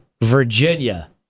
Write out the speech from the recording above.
Virginia